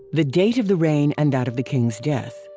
the date of the reign and that of the king's death,